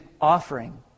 offering